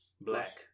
black